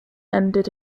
ended